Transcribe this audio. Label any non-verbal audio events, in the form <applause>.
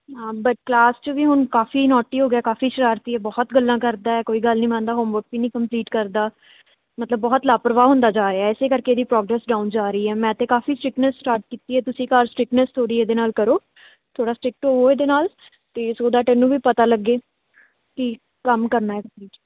ਹਾਂ but class 'ਚ ਵੀ ਹੁਣ ਕਾਫੀ ਨੋਟੀ ਹੋ ਗਿਆ ਕਾਫੀ ਸ਼ਰਾਰਤੀ ਬਹੁਤ ਗੱਲਾਂ ਕਰਦਾ ਕੋਈ ਗੱਲ ਨਹੀਂ ਮੰਨਦਾ ਹੋਮ ਵਰਕ ਵੀ ਨਹੀਂ ਕੰਪਲੀਟ ਕਰਦਾ ਮਤਲਬ ਬਹੁਤ ਲਾਪਰਵਾਹ ਹੁੰਦਾ ਜਾ ਰਿਹਾ ਇਸੇ ਕਰਕੇ ਇਹਦੀ ਪ੍ਰੋਗਰੈਸ ਡਾਊਨ ਜਾ ਰਹੀ ਹੈ ਮੈਂ ਤਾਂ ਕਾਫੀ ਸਟਿੱਕਨੈਸ ਸਟਾਰਟ ਕੀਤੀ ਹੈ ਤੁਸੀਂ ਘਰ ਸਟਿੱਕਨੈਸ ਥੋੜ੍ਹੀ ਇਹਦੇ ਨਾਲ ਕਰੋ ਥੋੜ੍ਹਾ ਸਟਿੱਕਟ ਹੋਵੋ ਇਹਦੇ ਨਾਲ ਅਤੇ ਸੋ ਦੈਟ ਇਹਨੂੰ ਵੀ ਪਤਾ ਲੱਗੇ ਕਿ ਕੰਮ ਕਰਨਾ <unintelligible>